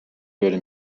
würde